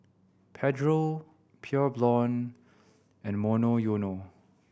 Pedro Pure Blonde and Monoyono